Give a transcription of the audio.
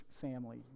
family